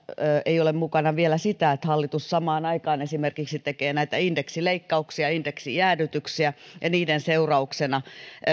ei ole mukana vielä sitä että hallitus samaan aikaan tekee esimerkiksi indeksileikkauksia indeksijäädytyksiä ja niiden seurauksena